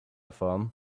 form